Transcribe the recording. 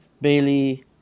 Bailey